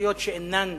הרשויות שאינן